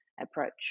approach